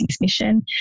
mission